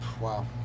wow